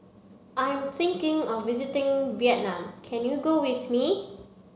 I'm thinking of visiting Vietnam can you go with me